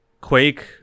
quake